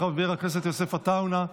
חבר הכנסת יוסף עטאונה,